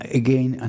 again